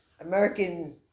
American